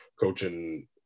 coaching